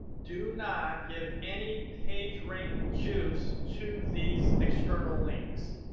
do not give any page rank juice to these external links.